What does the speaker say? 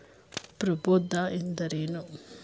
ಪ್ರಭೇದ ಎಂದರೇನು?